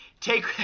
take